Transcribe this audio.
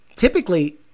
Typically